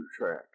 Track